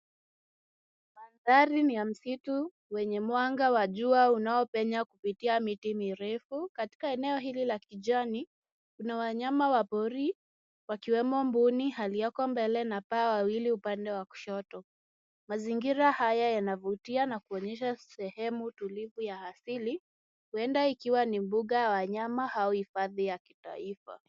Mandhari ni ya msitu wenye mwanga wa jua unaopenya kupitia miti mirefu. Katika eneo hili la kijani, kuna wanyama wa pori akiwemo mbuni walioko mbele na paa wawili upande wa kushoto. Mazingira haya yanavutia na kuonyesha sehemu tulivu ya asili huenda ikiwa ni mbuga ya wanyama au hifadhi ya kitaifa.